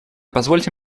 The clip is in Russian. позвольте